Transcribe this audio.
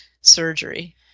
surgery